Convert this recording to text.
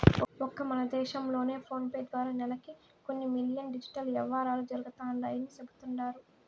ఒక్క మన దేశం లోనే ఫోనేపే ద్వారా నెలకి కొన్ని మిలియన్ డిజిటల్ యవ్వారాలు జరుగుతండాయని సెబుతండారు